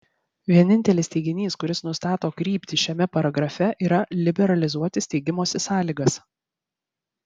vienintelis teiginys kuris nustato kryptį šiame paragrafe yra liberalizuoti steigimosi sąlygas